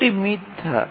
উত্তরটি মিথ্যা